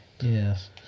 Yes